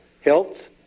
health